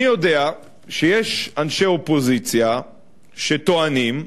אני יודע שיש אנשי אופוזיציה שטוענים,